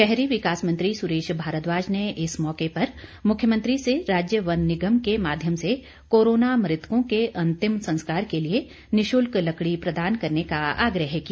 शहरी विकास मंत्री सुरेश भारद्वाज ने इस मौके पर मुख्यमंत्री से राज्य वन निगम के माध्यम से कोरोना मृतकों के अन्तिम संस्कार के लिए निःशुल्क लकड़ी प्रदान करने का आग्रह किया